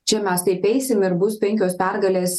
čia mes taip eisim ir bus penkios pergalės